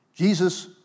Jesus